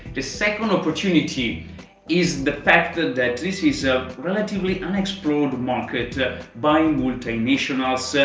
the second opportunity is the fact that that this is a relatively unexplored market by multinationals.